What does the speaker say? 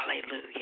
Hallelujah